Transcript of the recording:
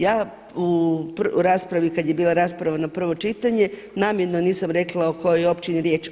Ja u raspravi, kad je bila rasprava na prvo čitanje, namjerno nisam rekla o kojoj je općini riječ.